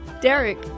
Derek